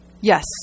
Yes